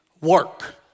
Work